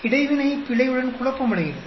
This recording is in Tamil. எனவே இடைவினை பிழையுடன் குழப்பமடைகிறது